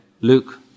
luke